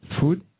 food